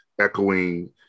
echoing